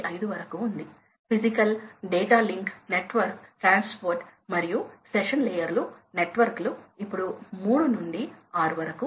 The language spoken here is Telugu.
6 హార్స్ పవర్ ఉంది లోడ్ మరియు పంపు కోసం సగటు హార్స్ పవర్ అవసరం